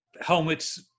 helmets